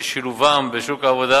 ששילובן בשוק העבודה